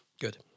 Good